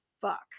fuck